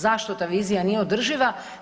Zašto ta vizija nije održiva?